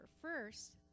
First